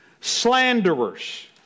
slanderers